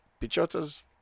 Pichota's